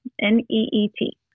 n-e-e-t